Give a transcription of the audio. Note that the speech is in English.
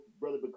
brother